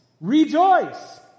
rejoice